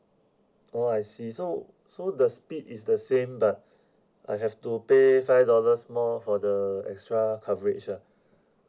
oh I see so so the speed is the same but I have to pay five dollars more for the extra coverage ah